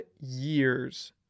years